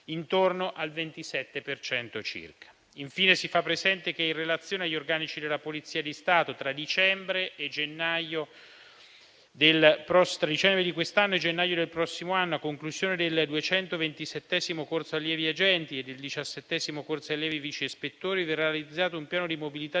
intorno al 27 per cento circa. Infine si fa presente che, in relazione agli organici della Polizia di Stato, tra dicembre di quest'anno e gennaio del prossimo anno, a conclusione del 227° corso allievi agenti e del 17° corso allievi vice ispettori, verrà realizzato un piano di mobilità